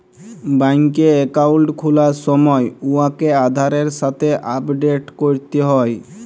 ব্যাংকে একাউল্ট খুলার সময় উয়াকে আধারের সাথে আপডেট ক্যরতে হ্যয়